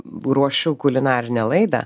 ruošiu kulinarinę laidą